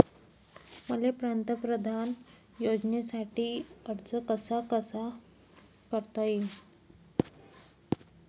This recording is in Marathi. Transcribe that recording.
मले पंतप्रधान योजनेसाठी अर्ज कसा कसा करता येईन?